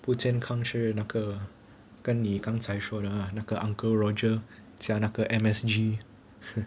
不健康是那个跟你刚才说的那个 uncle roger 加那个 M_S_G